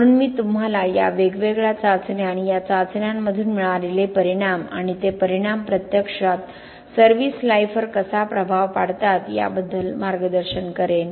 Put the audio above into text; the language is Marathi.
म्हणून मी तुम्हाला या 3 वेगवेगळ्या चाचण्या आणि या चाचण्यांमधून मिळालेले परिणाम आणि ते परिणाम प्रत्यक्षात सर्व्हिस लाईफवर कसा प्रभाव पाडतात याबद्दल मार्गदर्शन करेन